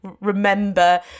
remember